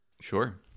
Sure